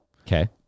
Okay